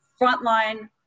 frontline